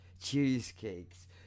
cheesecakes